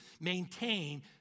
maintain